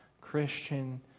Christian